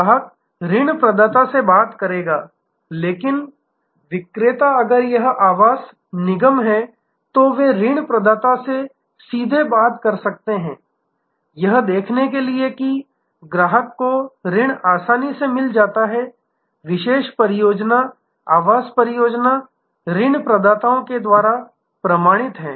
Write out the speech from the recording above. ग्राहक ऋण प्रदाता से बात करेगा लेकिन विक्रेता अगर यह आवास विकास निगम है तो वे ऋण प्रदाता से सीधे बात कर सकते हैं यह देखने के लिए कि ग्राहक को ऋण आसानी से मिल जाता है विशेष परियोजना आवास परियोजना ऋण प्रदाताओं के द्वारा प्रमाणित है